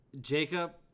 Jacob